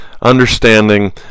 understanding